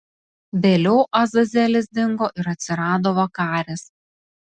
vėliau azazelis dingo ir atsirado vakaris